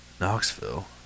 Knoxville